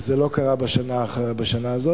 זה לא קרה בשנה הזו,